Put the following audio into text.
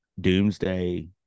doomsday